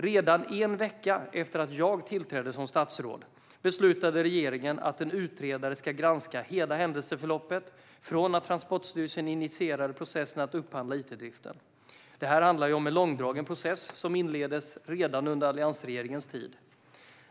Redan en vecka efter att jag tillträdde som statsråd beslutade regeringen att en utredare ska granska hela händelseförloppet från det att Transportstyrelsen initierade processen att upphandla it-driften. Det här handlar om en långdragen process som inleddes redan under alliansregeringens tid.